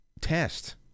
test